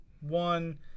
One